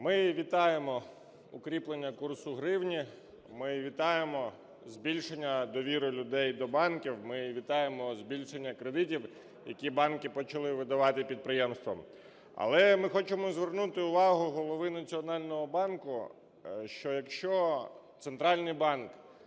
Ми вітаємо укріплення курсу гривні, ми вітаємо збільшення довіри людей до банків, ми вітаємо збільшення кредитів, які банки почали видавати підприємствам. Але ми хочемо звернути увагу Голови Національного банку, що якщо Центральний банк